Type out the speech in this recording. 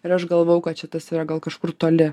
ir aš galvojau kad šitas yra gal kažkur toli